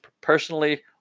personally